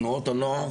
תנועות הנוער